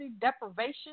deprivation